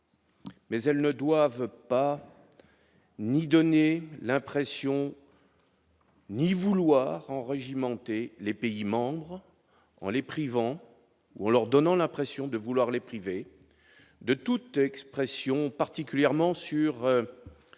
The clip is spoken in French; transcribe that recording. Mais elles ne doivent pas ni donner l'impression. Ni vouloir en régime montée, les pays membres, en les privant, ou en leur donnant l'impression de vouloir les priver de toute expression particulièrement sur